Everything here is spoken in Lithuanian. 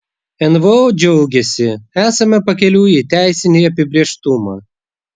nvo džiaugiasi esame pakeliui į teisinį apibrėžtumą